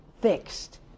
fixed